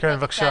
יש לממשלה הצעה.